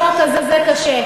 החוק הזה קשה,